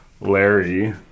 Larry